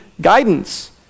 guidance